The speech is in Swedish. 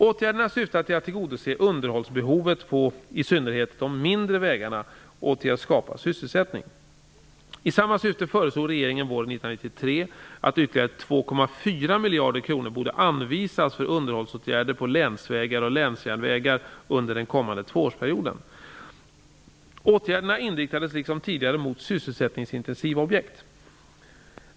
Åtgärderna syftade till att tillgodose underhållsbehovet på i synnerhet de mindre vägarna och till att skapa sysselsättning. I samma syfte föreslog regeringen våren 1993 att ytterligare 2,4 miljarder kronor borde anvisas för underhållsåtgärder på länsvägar och länsjärnvägar under den kommande tvåårsperioden. Åtgärderna inriktades liksom tidigare mot sysselsättningsintensiva objekt.